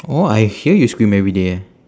oh I hear you scream every day